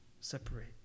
separate